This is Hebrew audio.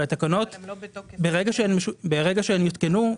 ברגע שהתקנות הותקנו,